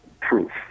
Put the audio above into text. proof